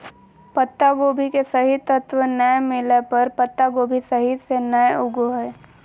पत्तागोभी के सही तत्व नै मिलय पर पत्तागोभी सही से नय उगो हय